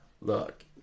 Look